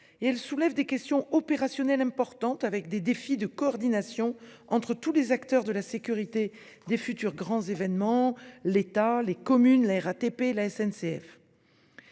et soulève des questions opérationnelles importantes avec des défis de coordination entre tous les acteurs de la sécurité des futurs grands événements- État, communes, RATP, SNCF.